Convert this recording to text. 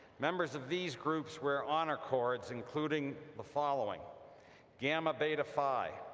members of these groups wear honor cords, including the following gamma beta phi,